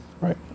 Right